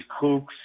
kooks